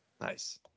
nice